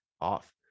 off